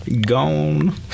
Gone